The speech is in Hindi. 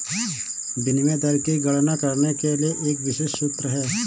विनिमय दर की गणना करने के लिए एक विशिष्ट सूत्र है